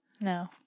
No